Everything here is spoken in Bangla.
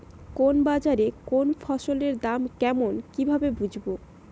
কোন বাজারে কোন ফসলের দাম কেমন কি ভাবে বুঝব?